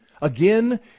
Again